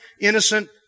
innocent